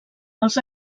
els